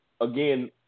again